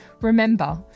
Remember